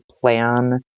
plan